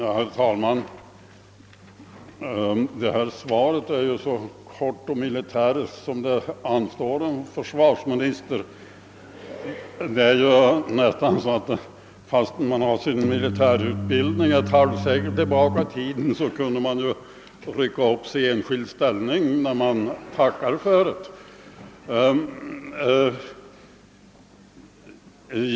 Herr talman! Detta svar är ju så kort och militäriskt, som det anstår en försvarsminister. Det är så militäriskt att fastän man har sin militärutbild Ning ett halvsekel bakom sig är det nästan så att man vill rycka upp sig i enskild ställning, när man tackar för det Samma.